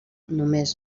només